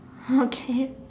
okay